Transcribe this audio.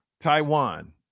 Taiwan